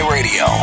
Radio